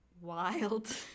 wild